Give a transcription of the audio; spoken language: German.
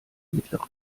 mittlere